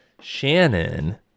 shannon